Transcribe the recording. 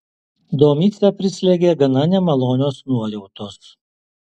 domicę prislėgė gana nemalonios nuojautos